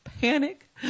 panic